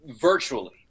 virtually